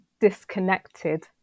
disconnected